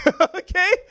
Okay